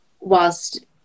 whilst